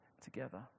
Together